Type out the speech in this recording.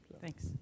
Thanks